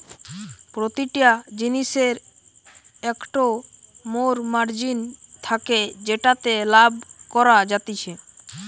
প্রতিটা জিনিসের একটো মোর মার্জিন থাকে যেটাতে লাভ করা যাতিছে